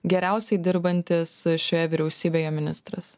geriausiai dirbantis šioje vyriausybėje ministras